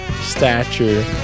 stature